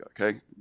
okay